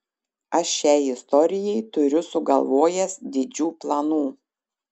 aš šiai istorijai turiu sugalvojęs didžių planų